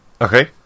Okay